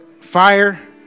fire